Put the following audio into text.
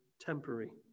temporary